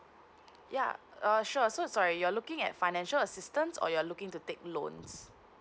yup uh sure so sorry you're looking at financial assistance or you're looking to take loans